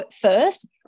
first